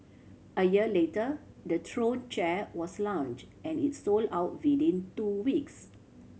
a year later the Throne chair was launch and it sold out within two weeks